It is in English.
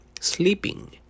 sleeping